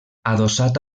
adossat